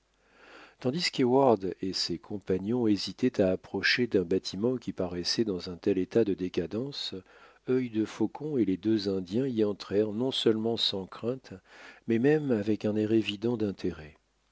tandis qu'heyward et ses compagnons hésitaient à approcher d'un bâtiment qui paraissait dans un tel état de décadence œil de faucon et les deux indiens y entrèrent non seulement sans crainte mais même avec un air évident d'intérêt